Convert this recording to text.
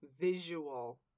visual